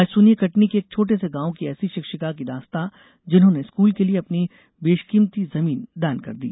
आज सुनिए कटनी के एक छोटे से गांव की ऐसी शिक्षिका की दास्तां जिन्होंने स्कूल के लिए अपनी बेशकीमती जमीन दान कर दी